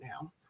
now